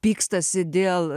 pykstasi dėl